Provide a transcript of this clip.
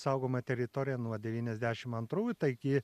saugoma teritorija nuo devyniasdešim antrų taigi